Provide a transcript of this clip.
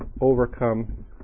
overcome